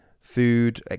food